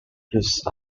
used